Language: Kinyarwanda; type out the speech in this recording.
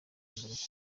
bakomeye